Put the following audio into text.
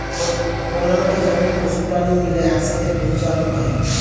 খোলা মাঠে যখন পশু প্রাণী মিলে একসাথে পশুচারণ করে